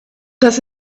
das